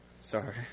Sorry